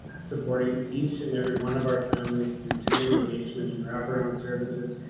supporting each and every one of our families through tenant engagement and wrap around services,